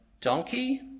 donkey